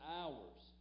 hours